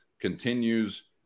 continues